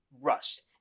rushed